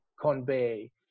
convey